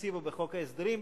בתקציב ובחוק ההסדרים,